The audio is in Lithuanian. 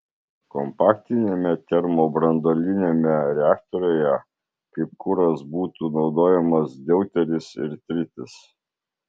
kompaktiniame termobranduoliniame reaktoriuje kaip kuras būtų naudojamas deuteris ir tritis